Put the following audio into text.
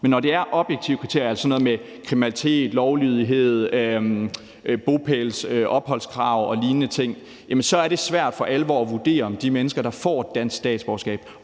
men når det er objektive kriterier, altså sådan noget med kriminalitet, lovlydighed, bopæls- og opholdskrav og lignende ting, så er det svært for alvor at vurdere, om de mennesker, der får dansk statsborgerskab,